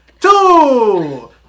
Two